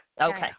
Okay